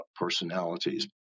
personalities